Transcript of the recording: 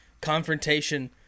confrontation